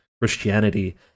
Christianity